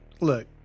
look